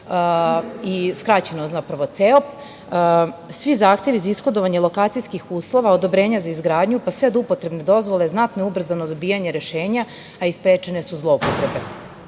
(skraćeno: CEO), svi zahtevi za ishodovanje lokacijskih uslova, odobrenja za izgradnju, pa sve do upotrebne dozvole, znatno je ubrzano dobijanje rešenja, a i sprečene su zloupotrebe.